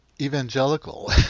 Evangelical